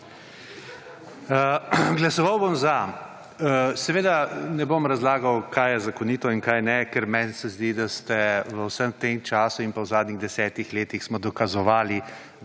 Glasoval bom za. Seveda ne bom razlagal, kaj je zakonito in kaj ne, ker meni se zdi, da ste v vsem tem času in pa v zadnjih desetih letih smo dokazovali,